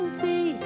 see